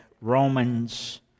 Romans